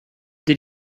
did